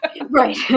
Right